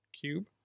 cube